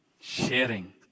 Sharing